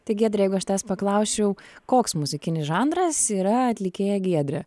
tai giedre jeigu aš tavęs paklausčiau koks muzikinis žanras yra atlikėja giedrė